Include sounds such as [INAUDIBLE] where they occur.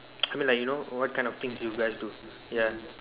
[NOISE] I mean like you know what kind of thing do you guys do ya